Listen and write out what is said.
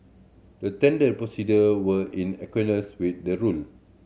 the tender procedure were in with the rule